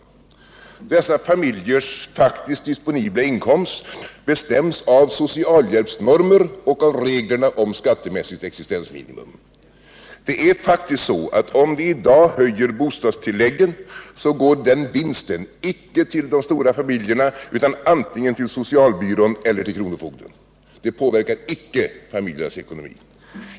Dessa familjers faktiska disponibla inkomst bestäms av socialhjälpsnormer och av reglerna om skattemässigt existensminimum. Det är faktiskt så att om vi i dag höjer bostadstilläggen går den vinsten icke till de stora familjerna utan antingen till socialbyrån eller till kronofogden. Familjernas ekonomi påverkas icke.